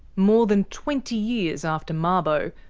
more than twenty years after mabo,